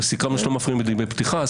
וסיכמנו שלא מפריעים בדברי פתיחה.